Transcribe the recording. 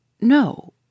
No